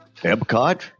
Epcot